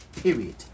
Period